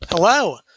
Hello